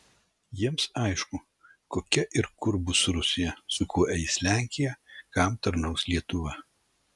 jiems aišku kokia ir kur bus rusija su kuo eis lenkija kam tarnaus lietuva